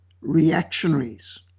reactionaries